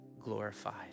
glorified